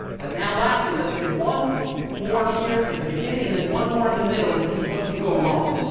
but now lastly, let's do one more here at the beginning and then one more in the middle and see what can go wrong.